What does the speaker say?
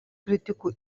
kritikų